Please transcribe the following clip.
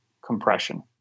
compression